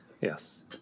Yes